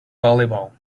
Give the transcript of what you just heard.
volleyball